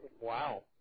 Wow